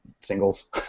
singles